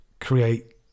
create